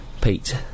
Pete